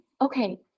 okay